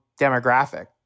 demographic